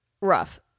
Rough